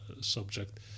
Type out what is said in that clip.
subject